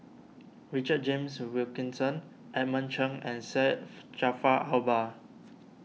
Richard James Wilkinson Edmund Cheng and Syed Jaafar Albar